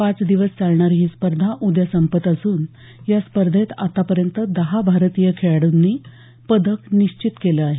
पाच दिवस चालणारी ही स्पर्धा उद्या संपत असूनया स्पर्धेत आतापर्यंत दहा भारतीय खेळाडूंनी पदक निश्चित केलं आहे